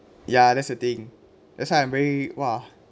ya that's the thing that's why I'm very !wah!